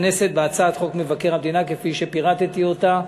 הכנסת בהצעת חוק מבקר המדינה כפי שפירטתי אותה.